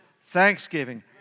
thanksgiving